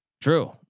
True